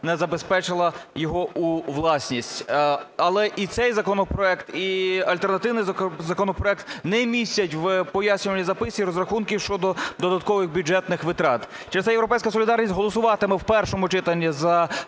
не забезпечила його у власність. Але і цей законопроект, і альтернативний законопроект не містять в пояснювальній записці розрахунків щодо додаткових бюджетних витрат. Через це "Європейська солідарність" голосуватиме в першому читанні за